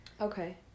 Okay